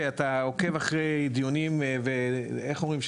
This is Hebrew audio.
שאתה עוקב אחרי דיונים בשביל שאיך אומרים,